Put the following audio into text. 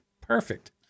perfect